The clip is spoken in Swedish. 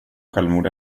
självmord